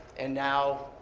and now,